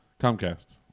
Comcast